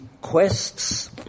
quests